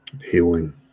Healing